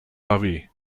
bari